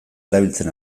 erabiltzen